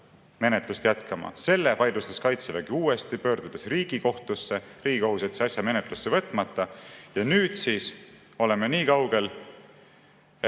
menetlust jätkama. Selle vaidlustas Kaitsevägi uuesti, pöördudes Riigikohtusse. Riigikohus jättis asja menetlusse võtmata. Ja nüüd siis oleme niikaugel, et